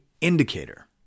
indicator